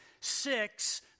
Six